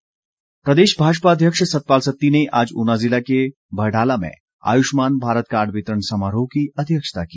सतपाल सत्ती प्रदेश भाजपा अध्यक्ष सतपाल सत्ती ने आज ऊना जिले के बहडाला में आयुष्मान भारत कार्ड वितरण समारोह की अध्यक्षता की